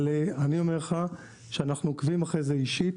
אבל אני אומר לך שאנחנו עוקבים אחרי זה אישית.